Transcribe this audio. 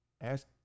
ask